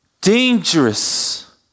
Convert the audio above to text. dangerous